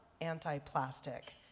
anti-plastic